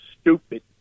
stupid